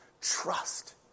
trust